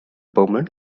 permanent